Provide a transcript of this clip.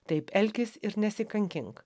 taip elkis ir nesikankink